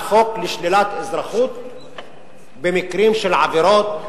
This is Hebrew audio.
חוק לשלילת אזרחות במקרים של עבירות טרור,